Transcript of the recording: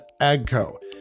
Agco